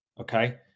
Okay